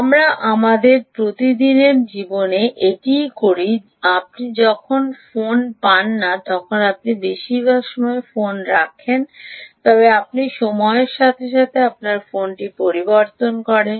আমরা আমাদের প্রতিদিনের জীবনে এটিই করি আপনি যখন ফোন পান না তখন আপনি বেশিরভাগ সময় ফোন রাখেন তবে আপনি সময়ের সাথে সাথে আপনার ফোনটি পরিবর্তন করেন